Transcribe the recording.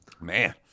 Man